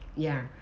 ya